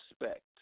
respect